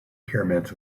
pyramids